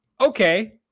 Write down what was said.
okay